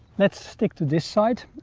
let's stick to this side.